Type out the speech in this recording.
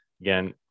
again